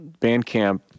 Bandcamp